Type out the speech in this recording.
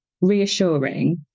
reassuring